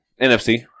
NFC